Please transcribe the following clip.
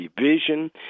vision